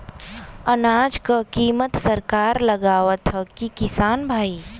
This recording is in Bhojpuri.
अनाज क कीमत सरकार लगावत हैं कि किसान भाई?